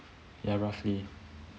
ya roughly